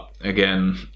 again